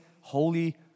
holy